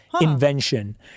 invention